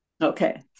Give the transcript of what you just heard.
Okay